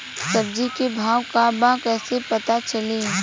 सब्जी के भाव का बा कैसे पता चली?